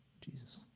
jesus